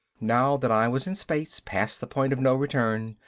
now that i was in space, past the point of no return,